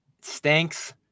stinks